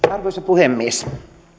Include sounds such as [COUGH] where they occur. [UNINTELLIGIBLE] arvoisa puhemies